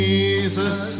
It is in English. Jesus